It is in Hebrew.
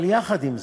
אבל יחד עם זה,